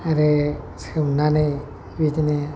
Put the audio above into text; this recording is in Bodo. आरो सोमनानै बिदिनो